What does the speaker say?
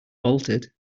bolted